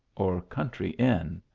or country inn.